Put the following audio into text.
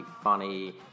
funny